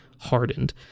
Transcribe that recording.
hardened